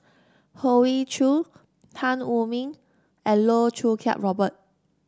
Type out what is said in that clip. Hoey Choo Tan Wu Meng and Loh Choo Kiat Robert